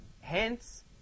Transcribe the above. hence